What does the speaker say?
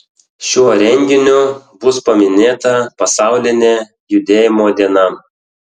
šiuo renginiu bus paminėta pasaulinė judėjimo diena